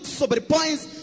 sobrepõe